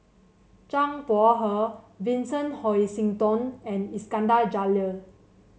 Zhang Bohe Vincent Hoisington and Iskandar Jalil